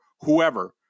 whoever